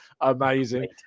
Amazing